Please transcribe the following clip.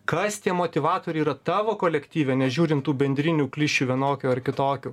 kas tie motyvatoriai yra tavo kolektyve nežiūrint tų bendrinių klišių vienokių ar kitokių